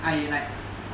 I like